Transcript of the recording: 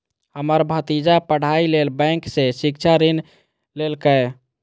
हमर भतीजा पढ़ाइ लेल बैंक सं शिक्षा ऋण लेलकैए